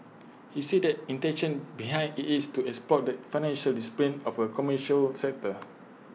he said that intention behind IT is to exploit the financial discipline of A commercial sector